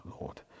Lord